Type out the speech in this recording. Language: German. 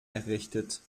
errichtet